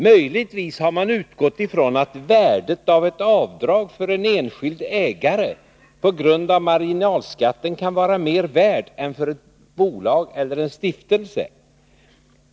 Möjligtvis har man utgått ifrån att värdet av ett avdrag för en enskild ägare på grund av marginalskatten kan vara större än för ett bolag eller en stiftelse.